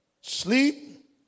sleep